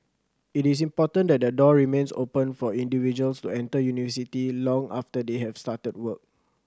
it is important that the door remains open for individuals to enter university long after they have started work